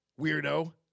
weirdo